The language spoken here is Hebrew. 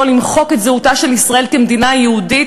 למחוק את זהותה של ישראל כמדינה יהודית,